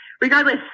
regardless